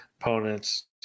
Opponents